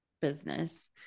business